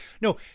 No